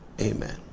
amen